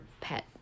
pet